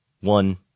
one